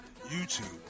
YouTube